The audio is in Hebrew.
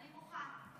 אני מוחה.